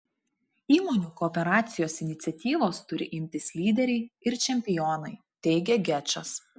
įmonių kooperacijos iniciatyvos turi imtis lyderiai ir čempionai teigia gečas